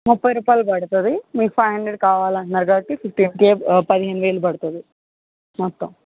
ముప్పై రూపాయలు పడతది మీకు ఫైవ్ హండ్రెడ్ కావాలంటున్నారు కాబట్టి ఫిఫ్టీన్ కే పదిహేను వేలు పడుతుంది మొత్తం